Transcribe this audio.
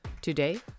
Today